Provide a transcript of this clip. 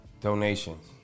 Donations